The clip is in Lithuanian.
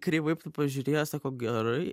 kreivai pažiūrėjo sako gerai